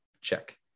check